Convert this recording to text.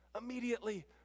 immediately